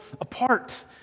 apart